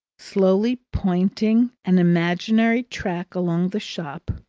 slowly pointing an imaginary track along the shop,